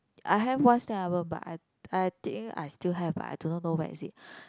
I have one stamp album but I I think I still have but I don't know know where is it